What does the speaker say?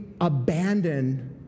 abandon